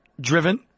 driven